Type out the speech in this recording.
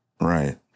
Right